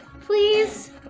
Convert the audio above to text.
Please